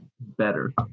Better